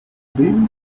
baby